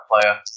player